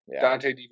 Dante